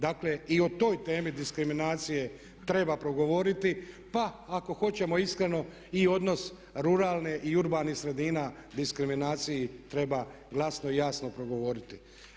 Dakle, i o toj temi diskriminacije treba progovoriti, pa ako hoćemo iskreno i odnos ruralne i urbanih sredina diskriminaciji treba glasno i jasno progovoriti.